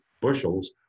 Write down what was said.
bushels